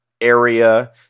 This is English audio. area